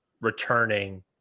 returning